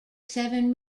seven